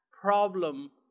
problem